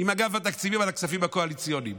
עם אגף התקציבים על הכספים הקואליציוניים.